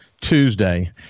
Tuesday